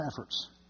efforts